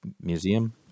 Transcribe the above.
museum